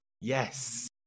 Yes